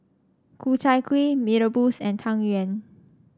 Ku Chai Kuih Mee Rebus and Tang Yuen